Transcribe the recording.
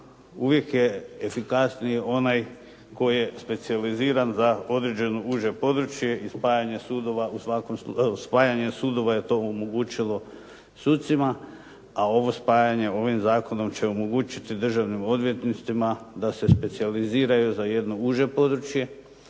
uvijek je efikasniji onaj koji je specijaliziran za određeno uže područje i spajanje sudova je to omogućilo sucima, a ovo spajanje ovim zakonom će omogućiti državnim odvjetnicima da se specijaliziraju za jedno uže područje,